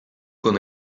con